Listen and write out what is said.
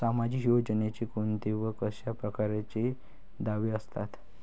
सामाजिक योजनेचे कोंते व कशा परकारचे दावे असतात?